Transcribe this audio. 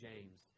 James